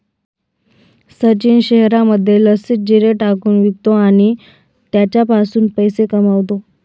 सचिन शहरामध्ये लस्सीत जिरे टाकून विकतो आणि त्याच्यापासून पैसे कमावतो